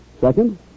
Second